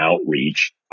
outreach